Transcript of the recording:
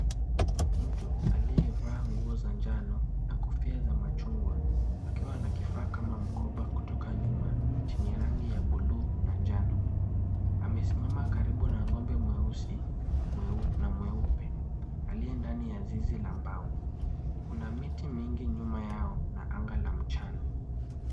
Mtu aliyevaa nguo za njano na kofia za machungwa, akiwa na kifaa kama mkoba kutoka nyuma chenye rangi ya blue na njano. Amesimama karibu na ng'ombe mweusi na mweupe aliye ndani ya zizi la mbao. Kuna miti mingi nyuma yao na anga la mchana.